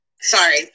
Sorry